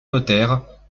notaire